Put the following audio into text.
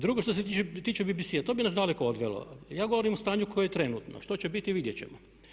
Drugo što se tiče BBC-a, to bi nas daleko odvelo, ja govorim o stanju koje je trenutno, što će biti vidjeti ćemo.